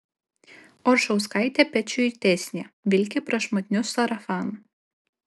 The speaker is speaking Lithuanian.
oršauskaitė pečiuitesnė vilki prašmatniu sarafanu